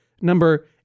number